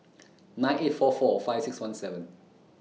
nine eight four four five six one seven